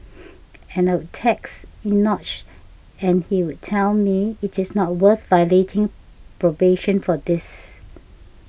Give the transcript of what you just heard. but I'd text Enoch and he'd tell me it is not worth violating probation for this